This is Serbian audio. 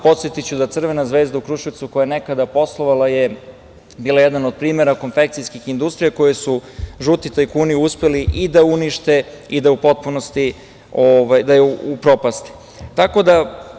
Podsetiću da je "Crvena zvezda" u Kruševcu, koja je nekada poslovala, bila jedan od primera konfekcijskih industrija koju su žuti tajkuni uspeli i da unište i da u potpunosti upropaste.